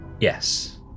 Yes